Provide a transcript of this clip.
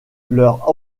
leur